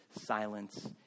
silence